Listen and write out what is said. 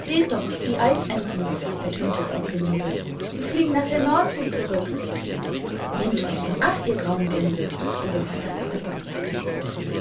seht doch die eisenten ertönte es aus dem nebel die fliegen nach der nordsee zurück nehmt euch in acht ihr grauen gänse wurde von einer andern seite gerufen